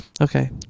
Okay